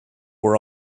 were